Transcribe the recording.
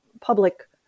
public